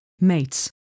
mates